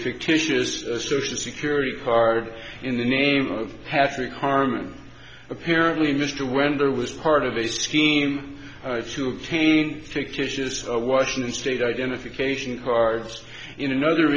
fictitious social security card in the name of hazari harm apparently mr wender was part of a scheme to obtain fictitious washington state identification cards in another